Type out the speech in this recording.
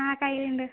ആ കയ്യിലുണ്ട്